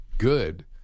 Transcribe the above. good